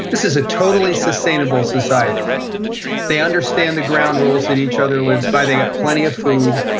this is a totally sustainable society they understand the ground rules that each other lives by. they got plenty of food,